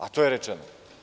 A to je rečeno.